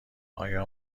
آیا